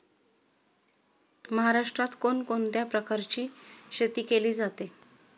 महाराष्ट्रात कोण कोणत्या प्रकारची शेती केली जाते?